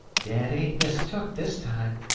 dad ain't mistook this time.